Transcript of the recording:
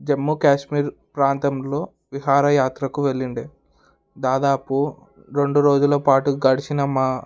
జమ్మూ కాశ్మీర్ ప్రాంతంలో విహారయాత్రకు వెళ్ళిండే దాదాపు రెండు రోజులపాటు గడిచిన మా